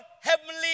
heavenly